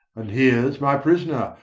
and here's my prisoner,